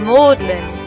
Maudlin